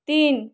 তিন